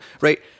Right